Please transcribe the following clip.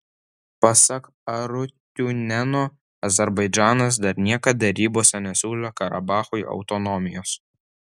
pasak arutiuniano azerbaidžanas dar niekad derybose nesiūlė karabachui autonomijos